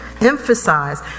emphasize